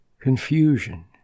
confusion